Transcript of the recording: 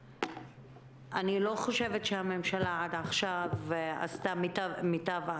אני לא חושבת שהממשלה עד עכשיו עשתה את המיטב.